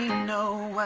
know